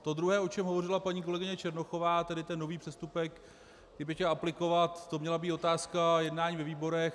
To druhé, o čem hovořila paní kolegyně Černochová, tedy ten nový přestupek, to měla být otázka jednání ve výborech.